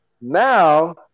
Now –